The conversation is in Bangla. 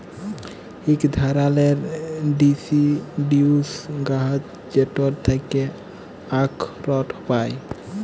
ইক ধারালের ডিসিডিউস গাহাচ যেটর থ্যাকে আখরট পায়